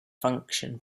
function